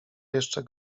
jeszcze